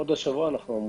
עוד השבוע.